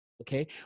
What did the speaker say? okay